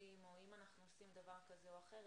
או אם אנחנו עושים דבר כזה או אחר,